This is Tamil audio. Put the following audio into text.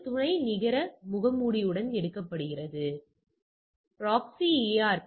எனவே 0 மதிப்புடன் 10 1 மதிப்பு 27 2